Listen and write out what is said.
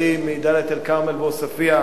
זה לא פייר, מה שאתה עשית היום.